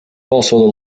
also